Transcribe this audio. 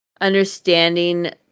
understanding